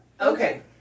Okay